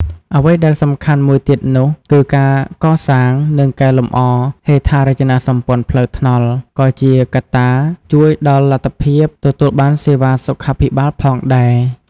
អ្វីដែលសំខាន់មួយទៀតនោះ គឺការកសាង និងកែលម្អ ហេដ្ឋារចនាសម្ព័ន្ធផ្លូវថ្នល់ ក៏ជាកត្តាជួយដល់លទ្ធភាពទទួលបានសេវាសុខាភិបាលផងដែរ។